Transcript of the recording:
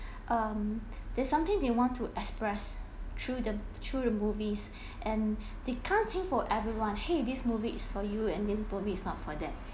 um there's something they want to express through the through the movies and they can't think for everyone !hey! this movie is for you and then probably is not for them